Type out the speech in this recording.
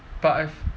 but I